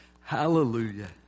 Hallelujah